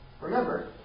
remember